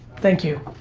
thank you.